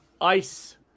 ice